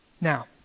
Now